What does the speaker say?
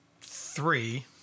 three